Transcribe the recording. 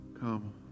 Come